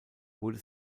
wurde